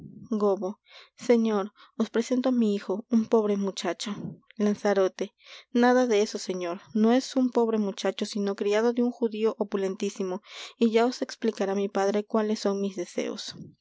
señor os presento á mi hijo un pobre muchacho lanzarote nada de eso señor no es un pobre muchacho sino criado de un judío opulentísimo y ya os explicará mi padre cuáles son mis deseos